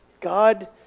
God